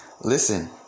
Listen